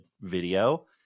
video